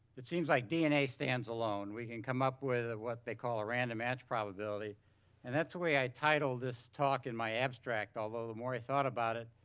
it seems like dna stands alone. we can come up with what they call a random match probability and that's the way i title this talk in my abstract, although the more i thought about it,